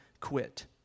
quit